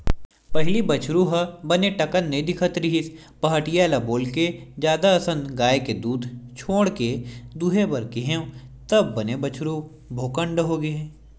पहिली बछरु ह बने टनक नइ दिखत रिहिस पहाटिया ल बोलके जादा असन गाय के दूद छोड़ के दूहे बर केहेंव तब बने बछरु भोकंड होगे